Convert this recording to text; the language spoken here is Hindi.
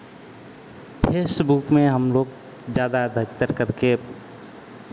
फेसबुक में हम लोग ज़्यादा अधिकतर करके